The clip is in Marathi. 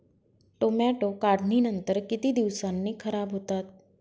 टोमॅटो काढणीनंतर किती दिवसांनी खराब होतात?